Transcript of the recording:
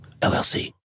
LLC